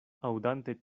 aŭdante